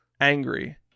angry